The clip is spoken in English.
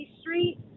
Street